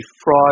fraud